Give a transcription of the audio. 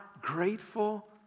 grateful